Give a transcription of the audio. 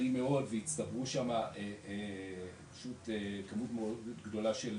דלים מאוד והצטברו שמה פשוט כמות מאוד גדולה של